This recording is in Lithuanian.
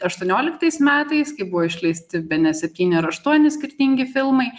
aštuonioliktais metais kai buvo išleisti bene septyni ar aštuoni skirtingi filmai